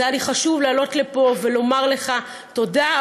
אז היה לי חשוב לעלות ולומר לך תודה,